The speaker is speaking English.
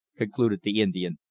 concluded the indian,